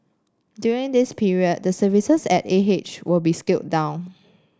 during this period the services at A H will be scaled down